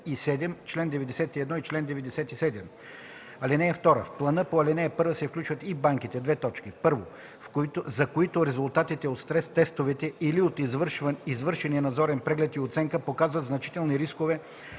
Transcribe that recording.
чл. 91 и 97. (2) В плана по ал. 1 се включват и банките: 1. за които резултатите от стрес-тестовете или от извършения надзорен преглед и оценка показват значителни рискове